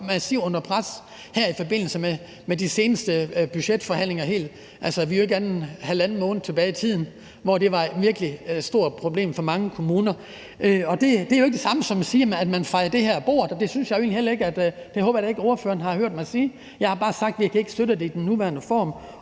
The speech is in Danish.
massivt pres her i forbindelse med de seneste budgetforhandlinger. Altså, vi skal jo ikke andet end halvanden måned tilbage i tiden, før det var et virkelig stort problem for mange kommuner. Det er jo ikke det samme som at sige, at man fejer det her af bordet, og det håber jeg da ikke ordføreren har hørt mig sige. Jeg har bare sagt, at vi ikke kan støtte det i den nuværende form,